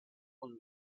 und